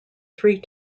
three